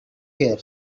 here